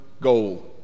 goal